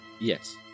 Yes